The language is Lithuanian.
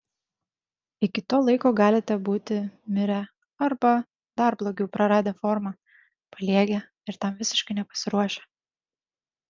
iki to laiko galite būti mirę arba dar blogiau praradę formą paliegę ir tam visiškai nepasiruošę